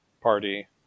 party